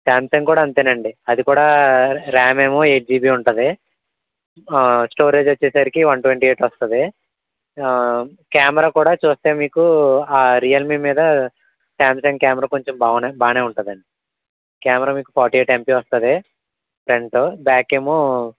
Samsung కూడా అంతేనండి అది కూడా రామ్ ఏమో ఎయిట్ జీబీ ఉంటుంది స్టోరేజ్ వచ్చేసరికి వన్ ట్వెంటీ ఎయిట్ వస్తుంది కెమెరా కూడా చూస్తే మీకు రియల్మీ మీద సామ్సంగ్ కెమెరా కొంచెం బాగానే ఉంటుందండి కెమెరా మీకు ఫార్టీ ఎయిట్ ఎంపీ వస్తుంది ఫ్రంట్ బ్యాక్ ఏమో